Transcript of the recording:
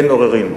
אין עוררין.